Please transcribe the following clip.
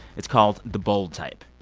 it's called the bold type.